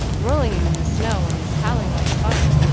rolling him in the snow, and he's howling like fun.